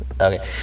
Okay